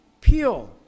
pure